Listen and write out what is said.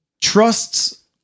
Trusts